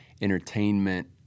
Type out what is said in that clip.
entertainment